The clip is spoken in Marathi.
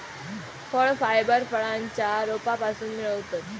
फळ फायबर फळांच्या रोपांपासून मिळवतत